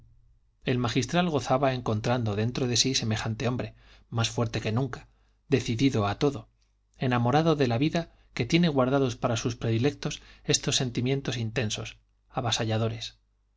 el magistral gozaba encontrando dentro de sí semejante hombre más fuerte que nunca decidido a todo enamorado de la vida que tiene guardados para sus predilectos estos sentimientos intensos avasalladores